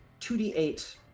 2d8